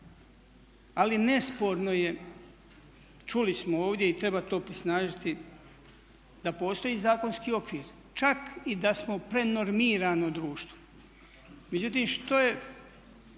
ali nesporno je čuli smo ovdje i treba to osnažiti da postoji zakonski okvir čak i da smo prenormirano društvo.